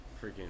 freaking